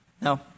No